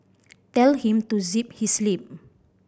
tell him to zip his lip